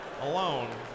alone